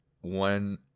one